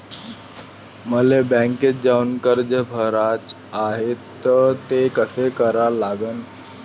मले बँकेत जाऊन कर्ज भराच हाय त ते कस करा लागन?